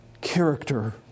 character